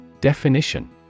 Definition